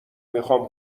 میخوام